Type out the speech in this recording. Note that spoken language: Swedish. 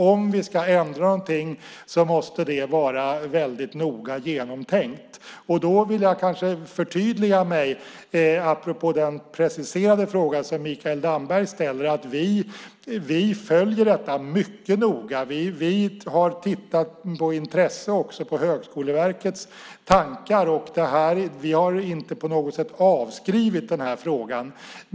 Om vi ska ändra någonting måste det vara väldigt noga genomtänkt. Då vill jag kanske förtydliga mig apropå den preciserade fråga som Mikael Damberg ställer. Vi följer detta mycket noga. Vi har med intresse också tittat på Högskoleverkets tankar. Vi har inte på något sätt avskrivit den här frågan.